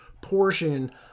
portion